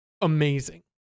amazing